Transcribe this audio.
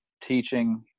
teaching